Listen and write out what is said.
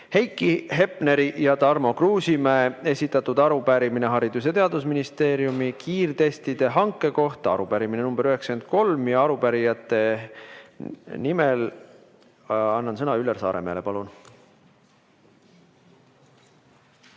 Heiki Hepneri ja Tarmo Kruusimäe esitatud arupärimine Haridus‑ ja Teadusministeeriumi kiirtestide hanke kohta. Arupärimine number 93. Arupärijate nimel võtab sõna Üllar Saaremäe. Palun!